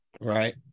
Right